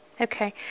Okay